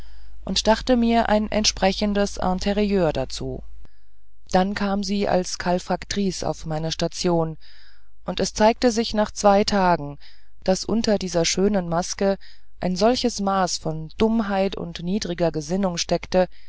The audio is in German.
und dachte mir ein entsprechendes interieur dazu dann kam sie als kalfaktrice auf meine station und es zeigte sich nach zwei tagen daß unter dieser schönen maske ein solches maß von dummheit und niedriger gesinnung steckte